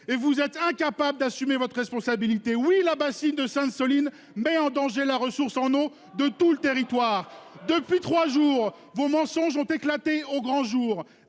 et vous êtes incapable d'assumer votre responsabilité oui la bassine de Sainte-, Soline met en danger la ressource en eau de tout le territoire depuis 3 jours. Vos mensonges ont éclaté au grand jour